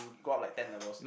go up like ten levels